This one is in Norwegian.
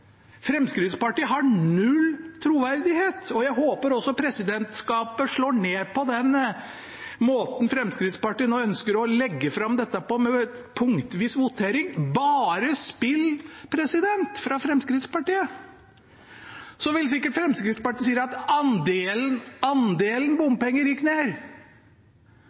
Fremskrittspartiet har null troverdighet. Jeg håper også at presidentskapet slår ned på den måten Fremskrittspartiet ønsker å legge fram dette på, med punktvis votering – bare spill fra Fremskrittspartiet. Så vil sikkert Fremskrittspartiet si at andelen bompenger gikk ned.